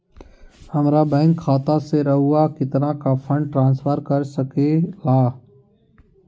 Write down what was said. हमरा बैंक खाता से रहुआ कितना का फंड ट्रांसफर कर सके ला?